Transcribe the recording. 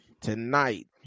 tonight